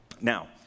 Now